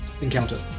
encounter